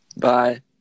Bye